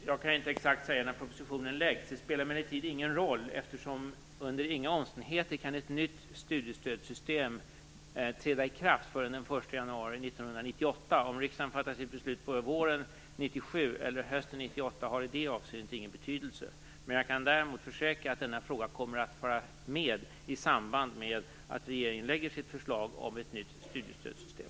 Fru talman! Jag kan inte säga exakt när propositionen läggs fram. Det spelar emellertid ingen roll, eftersom under inga omständigheter kan ett nytt studiestödssystem träda i kraft förrän den 1 januari 1998. Om riksdagen fattar sitt beslut på våren eller hösten 1997 har i det avseendet ingen betydelse. Jag kan däremot försäkra att denna fråga kommer att vara med i samband med att regeringen lägger fram sitt förslag om ett nytt studiestödssystem.